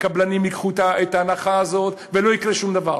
הקבלנים ייקחו את ההנחה הזאת ולא יקרה שום דבר.